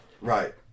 Right